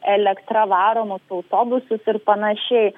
elektra varomus autobusus ir panašiai